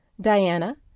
Diana